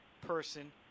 person